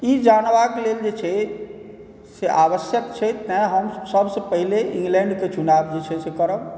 ई जानबाक लेल जे छै से आवश्यक छै तेँ हम सबसँ पहिले इंग्लैण्डके चुनाव जे छै से करब